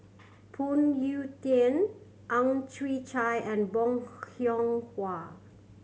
Phoon Yew Tien Ang Chwee Chai and Bong Hiong Hwa